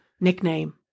nickname